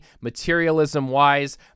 materialism-wise